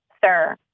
sir